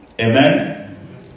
Amen